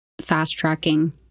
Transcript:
fast-tracking